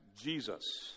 Jesus